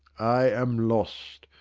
i am lost.